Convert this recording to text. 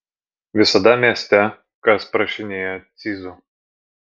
visada mieste kas prašinėja cizų